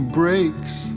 breaks